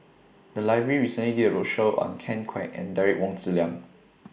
The Library recently did A roadshow on Ken Kwek and Derek Wong Zi Liang